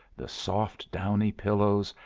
the soft, downy pillows,